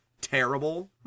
terrible